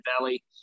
Valley